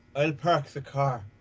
and park the car.